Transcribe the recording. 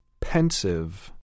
Pensive